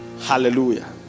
Hallelujah